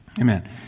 Amen